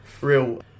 real